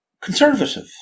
Conservative